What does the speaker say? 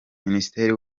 ministre